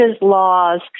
laws